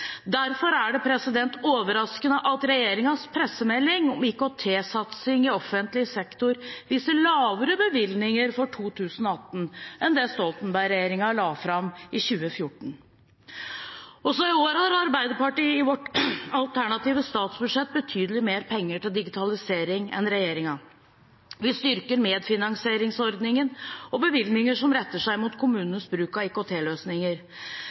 Derfor er det overraskende at regjeringens pressemelding om IKT-satsing i offentlig sektor viser lavere bevilgninger for 2018 enn det Stoltenberg-regjeringen la fram for 2014. Også i år har Arbeiderpartiet i sitt alternative statsbudsjett betydelig mer penger til digitalisering enn regjeringen. Vi styrker medfinansieringsordningen og bevilgninger som retter seg mot kommunenes bruk av